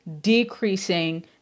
decreasing